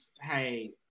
hey